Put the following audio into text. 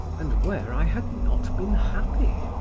and where i had not been happy.